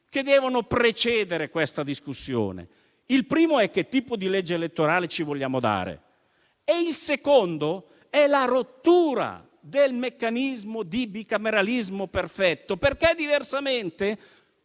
che devono precedere questa discussione: il primo è che tipo di legge elettorale ci vogliamo dare e il secondo è la rottura del meccanismo del bicameralismo perfetto. Diversamente